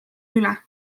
üle